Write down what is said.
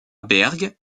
berg